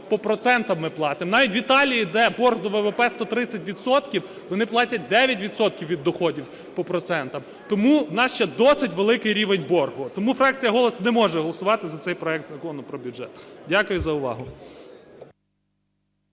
по процентах ми платимо. Навіть в Італії, де борг до ВВП 130 відсотків, вони платять 9 відсотків від доходів по процентах. Тому в нас ще досить великий рівень боргу. Тому фракція "Голос" не може голосувати за цей проект Закону про бюджет. Дякую за увагу.